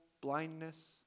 blindness